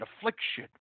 affliction